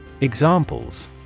Examples